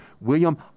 William